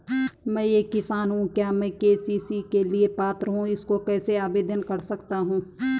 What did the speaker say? मैं एक किसान हूँ क्या मैं के.सी.सी के लिए पात्र हूँ इसको कैसे आवेदन कर सकता हूँ?